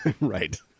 Right